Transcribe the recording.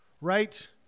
right